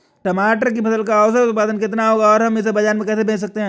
टमाटर की फसल का औसत उत्पादन कितना होगा और हम इसे बाजार में कैसे बेच सकते हैं?